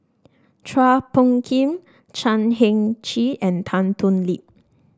Chua Phung Kim Chan Heng Chee and Tan Thoon Lip